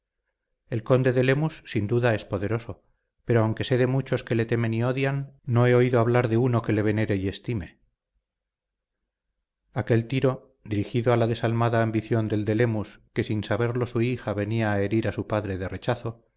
el conde de lemus sin duda es poderoso pero aunque sé de muchos que le temen y odian no he oído hablar de uno que le venere y estime aquel tiro dirigido a la desalmada ambición del de lemus que sin saberlo su hija venía a herir a su padre de rechazo